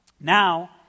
Now